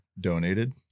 donated